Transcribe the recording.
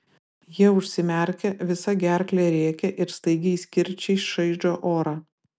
jie užsimerkia visa gerkle rėkia ir staigiais kirčiais čaižo orą